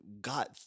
God